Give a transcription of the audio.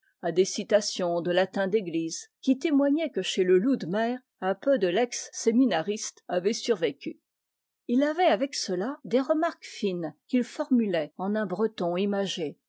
à des citations de latin d'église qui témoignaient que chez le loup de mer un peu de lex séminariste avait survécu il avait avec cela des remarques fines qu'il formulait en un breton imagé